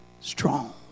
Strong